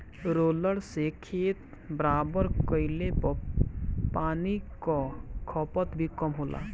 roller से खेत बराबर कइले पर पानी कअ खपत भी कम होला